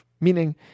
Meaning